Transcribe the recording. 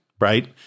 right